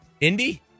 Indy